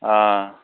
हां